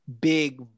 big